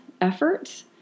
effort